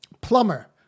plumber